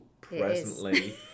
presently